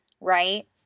right